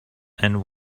and